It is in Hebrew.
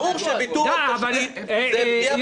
ברור שוויתור על תשתית זה פגיעה בביטחון.